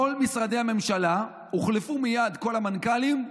בכל משרדי הממשלה הוחלפו מייד כל המנכ"לים.